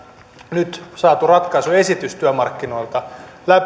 nyt saatu ratkaisuesitys työmarkkinoilta